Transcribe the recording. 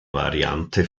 variante